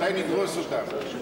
מתי נדרוס אותה?